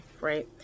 right